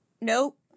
Nope